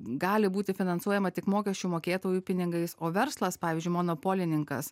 gali būti finansuojama tik mokesčių mokėtojų pinigais o verslas pavyzdžiui monopolininkas